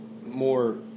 more